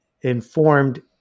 informed